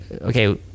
okay